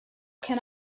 can